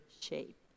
shape